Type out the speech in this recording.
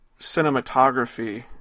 cinematography